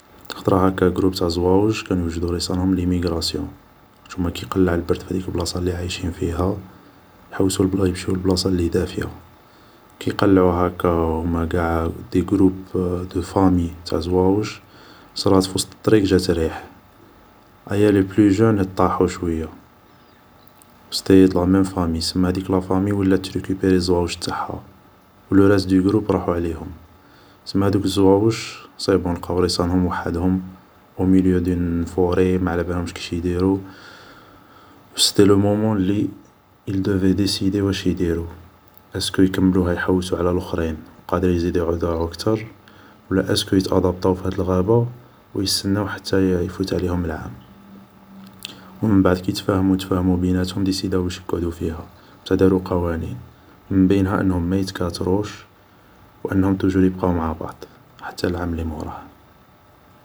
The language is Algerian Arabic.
خطرا هاكا قروب تاع زواوش كانو يوجدو راسهم لليميكرازيون، خاطش هوما كي يقلع البرد في البلاصة اللي فيها ، يروحو لبلاصة دافية ، كي يقلعو هاكا هوما قاع دي قروب دو فامي تاع زواوش، صراة في وسط الطريق جات ريح ، ايا لي بلو جان طاحو شوية، و سيتي دو لا مام فامي ، سما هاديك ولات تريكيبيري زواوش تاعها ، لو راست دو قروب راحو عليهم ، و هادوك زواوش سيبون لقاو ريسانهم وحدهم، اوميليو دون فوري ماعلابالهمش كيش يديرو ، و سيتي لو مومون اللي ال دوفي ديسيدي واش يديرو، ايسكو يكملوها يحوسو على لخرين و قادر يزيدو يضيعو كتر ، و ايسكو يتادابطاو في هاد الغابة و يسناو حتى يفوت عليهم العام ، و من بعد كي تفاهموا تفاهمو بيناتهم ديسيداو يقعدو فيها بصح دارو قوانين من بينها انهم ما يتكاتروش و انهم توجور يبقاو مع بعض حتى العام اللي موراه